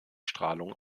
strahlung